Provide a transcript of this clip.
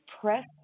press